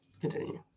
Continue